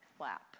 lap